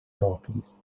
talkies